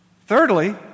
Thirdly